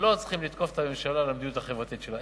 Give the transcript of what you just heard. שלא צריכים לתקוף את הממשלה על המדיניות החברתית שלה.